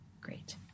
Great